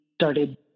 started